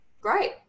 Great